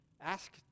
ask